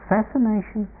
Fascination